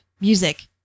music